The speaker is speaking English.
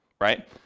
right